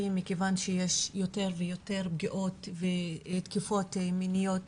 מכיוון שיש יותר ויותר פגיעות ותקיפות מיניות